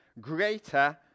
greater